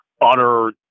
utter